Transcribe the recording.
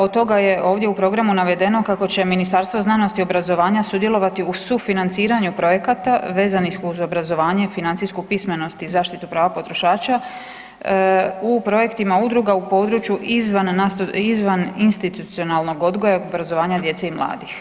Od toga je ovdje u programu navedeno kako će Ministarstvo znanosti i obrazovanja sudjelovati u sufinanciranju projekata vezanih uz obrazovanje i financijsku pismenost i zaštitu prava potrošača u projektima Udruga u području izvan institucionalnog odgoja, obrazovanja djece i mladih.